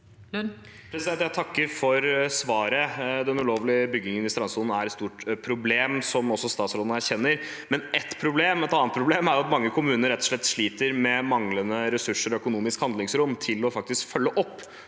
Jeg takker for svaret. Det ulovlige byggingen i strandsonen er et stort problem, som også statsråden erkjenner, men et annet problem er at mange kommuner rett og slett sliter med manglende ressurser og økonomisk handlingsrom til å følge opp